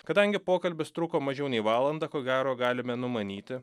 kadangi pokalbis truko mažiau nei valandą ko gero galime numanyti